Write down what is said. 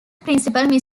principal